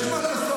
יש מה לעשות,